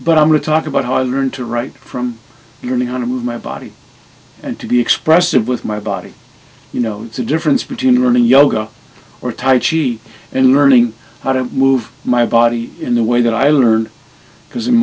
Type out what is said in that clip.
but i'm going to talk about how i learned to write from your me how to move my body and to be expressive with my body you know the difference between running yoga or tai cheek and learning how to move my body in a way that i learn because in